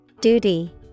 Duty